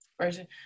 version